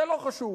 זה לא חשוב.